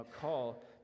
call